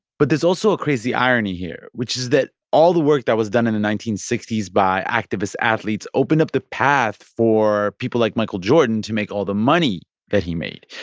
but there's also a crazy irony here, which is that all the work that was done in the nineteen sixty s by activist athletes opened up the path for people like michael jordan to make all the money that he made.